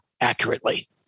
accurately